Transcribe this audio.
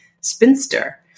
spinster